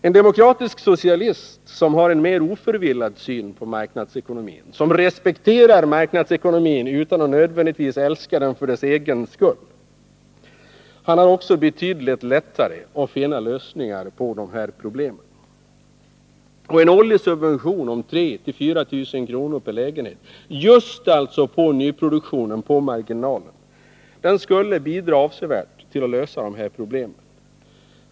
En demokratisk socialist som har en mer oförvillad syn på marknadsekonomin, som respekterar marknadsekonomin utan att nödvändigtvis älska den för dess egen skull, har betydligt lättare att finna lösningar på problemen. En årlig marginell subvention om 3 000-4 000 kr. per nyproducerad lägenhet skulle avsevärt bidra till att lösa problemen.